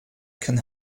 can